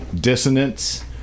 dissonance